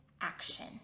action